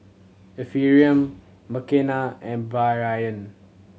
Ephraim Makena and Bryon